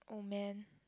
oh man